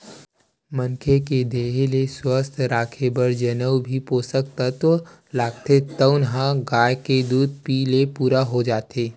मनखे के देहे ल सुवस्थ राखे बर जउन भी पोसक तत्व लागथे तउन ह गाय के दूद पीए ले पूरा हो जाथे